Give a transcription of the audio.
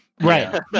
Right